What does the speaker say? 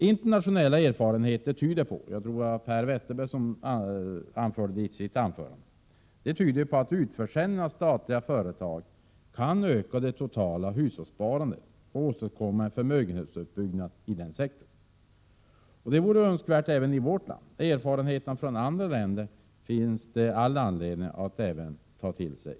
Internationella erfarenheter tyder på — det sade även Per Westerberg i sitt anförande — att en utförsäljning av statliga företag kan öka det totala hushållssparandet och åstadkomma en förmögenhetsuppbyggnad i den sektorn. Det vore önskvärt även i vårt land. Det finns all anledning att ta till sig erfarenheterna från andra länder.